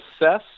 assess